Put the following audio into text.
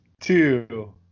two